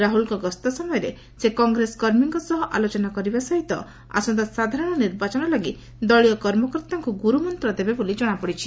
ରାହୁଲ୍ଙ୍ ଗସ୍ତ ସମୟରେ ସେ କଂଗ୍ରେସ କର୍ମୀଙ୍କ ସହ ଆଲୋଚନା କରିବା ସହିତ ଆସନ୍ତା ସାଧାରଣ ନିର୍ବାଚନ ଲାଗି ଦଳୀୟ କର୍ମକର୍ତ୍ତାଙ୍କୁ ଗୁରୁମନ୍ଦ ଦେବେ ବୋଲି ଜଣାପଡ଼ିଛି